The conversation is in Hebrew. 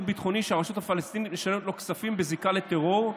ביטחוני שהרשות הפלסטינית משלמת לו כספים בזיקה לטרור,